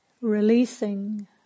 releasing